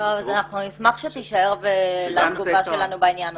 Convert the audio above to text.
אנחנו נשמח שתישאר ותשמע את התגובה שלנו בעניין.